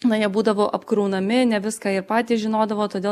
na jie būdavo apkraunami ne viską ir patys žinodavo todėl